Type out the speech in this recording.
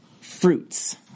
fruits